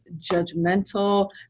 judgmental